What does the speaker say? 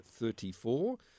34